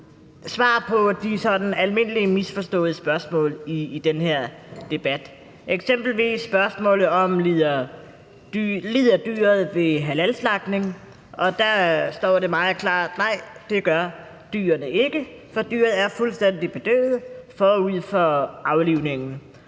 svar på de sådan almindelige misforståede spørgsmål i den her debat, eksempelvis spørgsmålet: Lider dyret ved halalslagtning? Og der står det meget klart: Nej, det gør dyret ikke, for dyret er fuldstændig bedøvet forud for aflivningen.